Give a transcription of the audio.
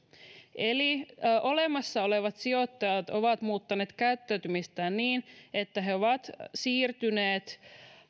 eli olemassa olevat sijoittajat ovat muuttaneet käyttäytymistään niin että he ovat siirtyneet